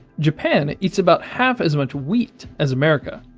japan eats about half as much wheat as america.